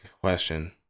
question